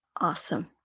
Awesome